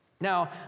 Now